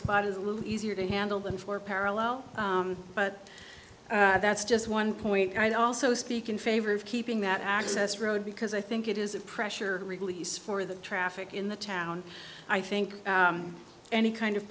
spot is a little easier to handle than for parallel but that's just one point i also speak in favor of keeping that access road because i think it is a pressure release for the traffic in the town i think any kind of